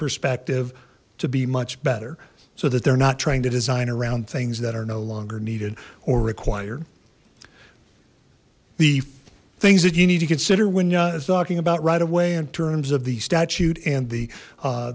perspective to be much better so that they're not trying to design around things that are no longer needed or require the things that you need to consider when talking about right away in terms of the statute and the